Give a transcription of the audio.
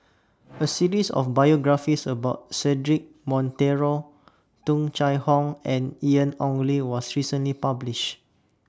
A series of biographies about Cedric Monteiro Tung Chye Hong and Ian Ong Li was recently published